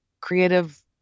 creative